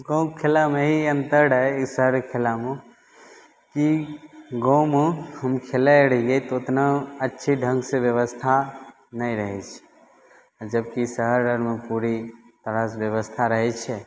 गाँवके खेलामे ई अन्तर अइ शहरके खेलामे की गाँवमे हम खेलाइ रहियै तऽ ओतना अच्छे ढङ्गसँ व्यवस्था नहि रहय छै आओर जबकि शहर आओरमे पूरी तरहसँ व्यवस्था रहय छै